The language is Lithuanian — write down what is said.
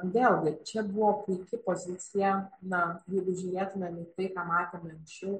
vėlgi čia buvo puiki pozicija na jeigu žiūrėtumėm į tai ką matėm anksčiau